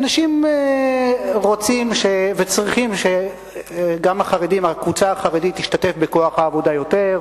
אנשים רוצים וצריכים שגם הקבוצה החרדית תשתתף בכוח העבודה יותר,